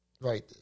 Right